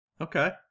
Okay